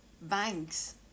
banks